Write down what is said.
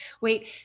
Wait